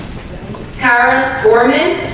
power foreman